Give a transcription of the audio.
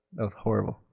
that was horrible.